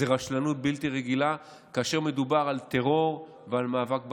זאת רשלנות בלתי רגילה כאשר מדובר על טרור ועל המאבק בפשיעה.